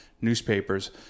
newspapers